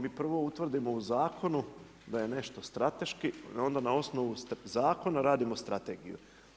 Mi prvo utvrdimo u zakonu da je nešto strateški i onda na osnovu zakona radimo strategiju.